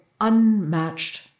unmatched